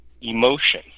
emotion